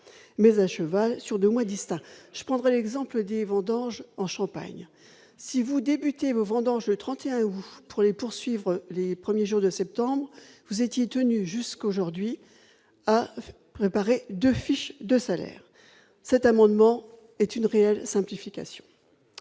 mais à cheval sur 2 mois distincts, je prendrai l'exemple des vendanges en Champagne si vous débutez vendanges le 31 août pour les poursuivre les premiers jours de septembre vous étiez tenue jusqu'aujourd'hui, a préparé 2 fiches de salaire, cet amendement est une réelle simplification